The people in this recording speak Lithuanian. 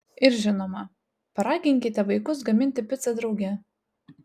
ir žinoma paraginkite vaikus gaminti picą drauge